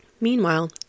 Meanwhile